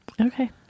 Okay